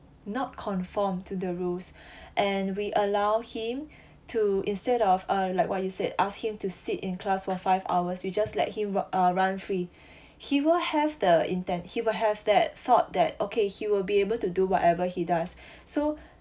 not conform to the rules and we allow him to instead of uh like what you said asked him to sit in class for five hours you just let him r~ uh run free he will have the intent he will have that thought that okay he will be able to do whatever he does so